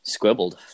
Squibbled